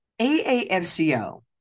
AAFCO